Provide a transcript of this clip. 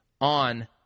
on